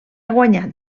guanyat